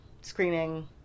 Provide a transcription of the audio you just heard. screaming